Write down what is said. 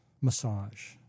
massage